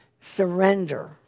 surrender